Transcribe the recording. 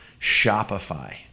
Shopify